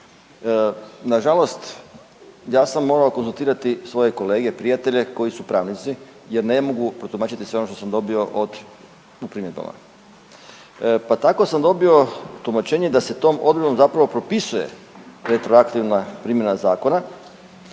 Nažalost, ja sam morao konzultirati svoje kolege i prijatelje koji su pravnici jer ne mogu protumačiti sve ono što sam dobio u primjedbama. Pa tako sam dobio tumačenje da se tom odredbom zapravo propisuje retroaktivna primjena zakona